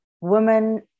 women